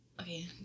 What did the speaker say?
Okay